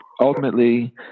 ultimately